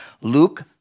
Luke